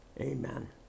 amen